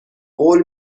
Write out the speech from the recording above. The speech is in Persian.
قول